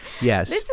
Yes